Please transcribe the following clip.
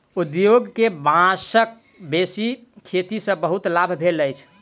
उद्योग के बांसक बेसी खेती सॅ बहुत लाभ भेल अछि